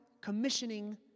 commissioning